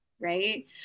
right